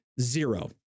zero